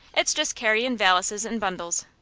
it's just carryin' valises and bundles.